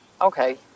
okay